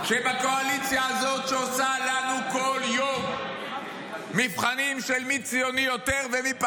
שבקואליציה הזאת שעושה לנו כל יום מבחנים של מי ציוני יותר ומי פחות,